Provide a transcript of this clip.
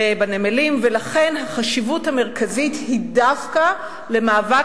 ולכן החשיבות המרכזית היא דווקא למאבק